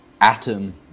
atom